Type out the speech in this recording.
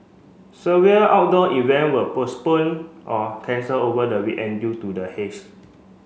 severe outdoor event were postponed or cancelled over the week end due to the haze